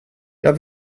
jag